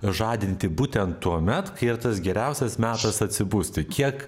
žadinti būtent tuomet kai ir tas geriausias metas atsibusti kiek